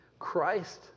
Christ